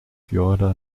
jordan